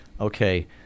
okay